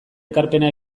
ekarpena